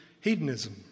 Hedonism